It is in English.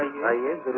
naive,